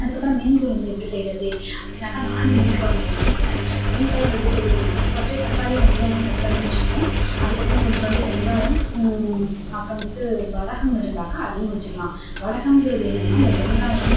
அதுக்கு அப்புறம் மீன் குழம்பு எப்படி செய்யுறது அப்படின்னாக்கா நானும் மீன் குழம்பு செஞ்சிருக்கேன் மீன் குழம்பு எப்படி செய்யணும்னாக்கா ஃபர்ஸ்ட்டு தக்காளி வெங்காயம் கட் பண்ணி வச்சிக்கணும் அதுக்கு அப்புறம் கொஞ்சோண்டு வெங்காயம் அப்புறம் வன்ட்டு வடகம் இருந்தாக்கா அதையும் வைச்சிக்கிலாம் வடகம்ங்கிறது என்னென்னா இந்த வெங்காயம்